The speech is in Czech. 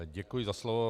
Děkuji za slovo.